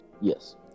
Yes